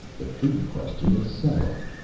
the food question is settled,